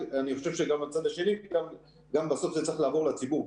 אני חושב שגם מהצד השני בסוף זה צריך לעבור לציבור.